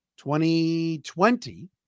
2020